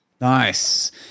Nice